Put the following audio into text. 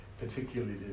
particularly